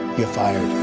you're fired